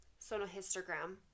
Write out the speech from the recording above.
sonohistogram